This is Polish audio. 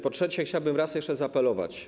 Po trzecie, chciałbym raz jeszcze zaapelować.